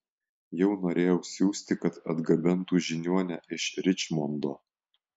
jau norėjau siųsti kad atgabentų žiniuonę iš ričmondo